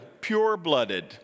pure-blooded